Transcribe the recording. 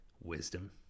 wisdom